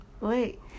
Wait